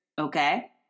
Okay